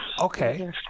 okay